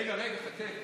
רגע, רגע, חכה.